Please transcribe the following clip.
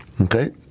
Okay